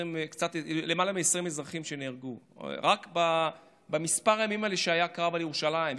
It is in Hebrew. למעלה מ-20 אזרחים שנהרגו רק בכמה ימים האלה שהיה קרב על ירושלים.